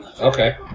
Okay